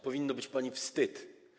Powinno być pani wstyd.